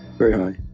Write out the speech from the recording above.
very high.